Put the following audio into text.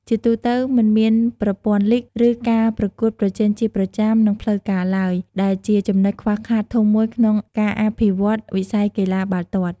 ជាទូទៅ មិនមានប្រព័ន្ធលីគ ឬការប្រកួតប្រជែងជាប្រចាំ និងផ្លូវការឡើយ ដែលជាចំណុចខ្វះខាតធំមួយក្នុងការអភិវឌ្ឍន៍វិស័យកីឡាបាល់ទាត់។